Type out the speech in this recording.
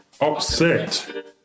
upset